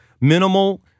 minimal